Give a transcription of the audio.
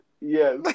Yes